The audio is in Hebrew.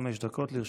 חמש דקות לרשותך.